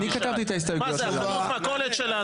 מה, זה חנות מכולת שלנו?